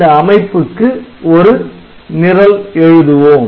இந்த அமைப்புக்கு ஒரு நிரல் எழுதுவோம்